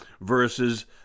versus